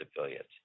affiliates